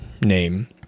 name